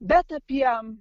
bet apie